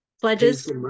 Pledges